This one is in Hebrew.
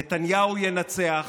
נתניהו ינצח